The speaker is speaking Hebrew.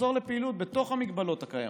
לחזור לפעילות בתוך המגבלות הקיימות.